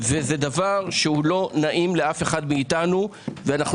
זה דבר שהוא לא נעים לאף אחד מאיתנו ואנחנו